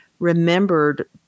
remembered